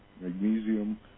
magnesium